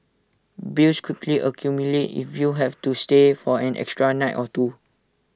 bills quickly accumulate if you have to stay for an extra night or two